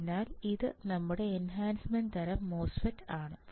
അതിനാൽ ഇത് നമ്മുടെ എൻഹാൻസ്മെൻറ് തരം MOSFET ആണ്